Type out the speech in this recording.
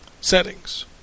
settings